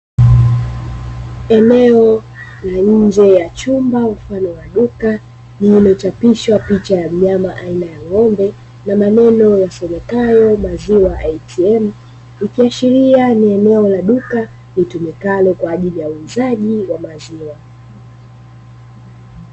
Eneo la nje ya chumba mfano wa duka lililochapishwa picha ya mnyama aina ya ng'ombe, na maneno yasomekayo maziwa ATM ikiashiria ni eneo la duka litumikalo kwa ajili ya uuzaji wa maziwa.